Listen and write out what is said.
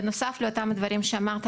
בנוסף לאותם הדברים שאמרת,